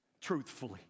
truthfully